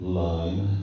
line